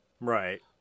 Right